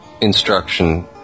instruction